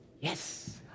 yes